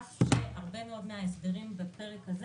אף שהרבה מאוד מן ההסדרים בפרק הזה